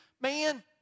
Man